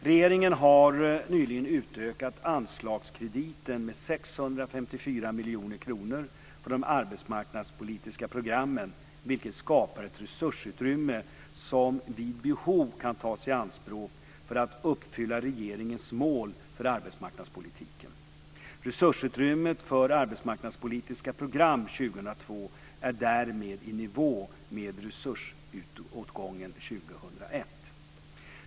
Regeringen har nyligen utökat anslagskrediten med 654 miljoner kronor för de arbetsmarknadspolitiska programmen, vilket skapar ett resursutrymme som vid behov kan tas i anspråk för att uppfylla regeringens mål för arbetsmarknadspolitiken. Resursutrymmet för arbetsmarknadspolitiska program 2002 är därmed i nivå med resursåtgången 2001.